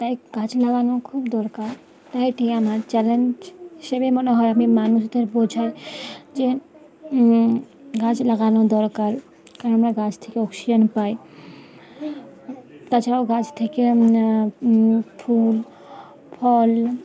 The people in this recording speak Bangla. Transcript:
তাই গাছ লাগানো খুব দরকার তাই এটি আমার চ্যালেঞ্জ হিসেবে মনে হয় আমি মানুষদের বোঝাই যে গাছ লাগানো দরকার কারণ আমরা গাছ থেকে অক্সিজেন পাই তাছাড়াও গাছ থেকে ফুল ফল